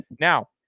Now